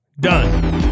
done